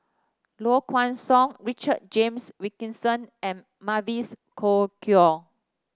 Low Kway Song Richard James Wilkinson and Mavis Khoo